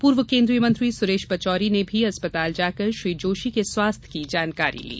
पूर्व केन्द्रीय मंत्री सुरेश पचौरी ने भी अस्पताल जाकर श्री जोशी के स्वास्थ्य की जानकारी ली